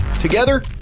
Together